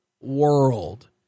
world